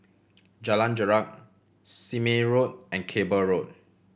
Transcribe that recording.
Jalan Jarak Sime Road and Cable Road